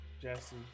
Jesse